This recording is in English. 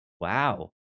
Wow